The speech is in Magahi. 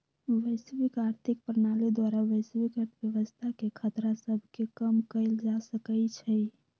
वैश्विक आर्थिक प्रणाली द्वारा वैश्विक अर्थव्यवस्था के खतरा सभके कम कएल जा सकइ छइ